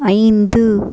ஐந்து